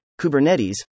Kubernetes